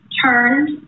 turned